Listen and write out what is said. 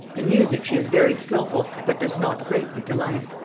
in music she is very skilful, but does not greatly delight.